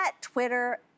Twitter